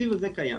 התקציב הזה קיים.